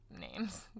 names